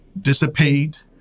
dissipate